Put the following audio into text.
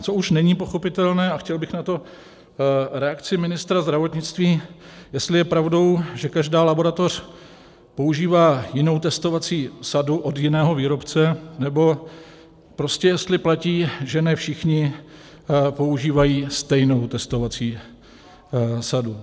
Co už není pochopitelné, a chtěl bych na to reakci ministra zdravotnictví, jestli je pravdou, že každá laboratoř používá jinou testovací sadu od jiného výrobce, nebo prostě jestli platí, že ne všichni používají stejnou testovací sadu.